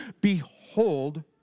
behold